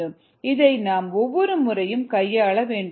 இதை நாம் ஒவ்வொரு முறையும் கையாள வேண்டும்